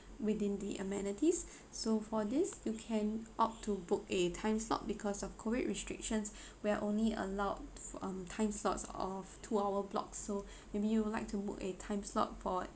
within the amenities so for this you can opt to book a time slot because of COVID restrictions we are only allowed um time slots of two hour block so maybe you would like to book a time slot for